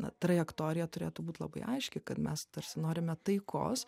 na trajektorija turėtų būt labai aiški kad mes tarsi norime taikos